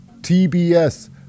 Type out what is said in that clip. TBS